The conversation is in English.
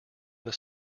that